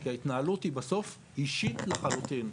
כי ההתנהלות היא בסוף אישית לחלוטין.